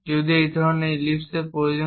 যদি এই ধরনের ইলিপ্সের প্রয়োজন হয়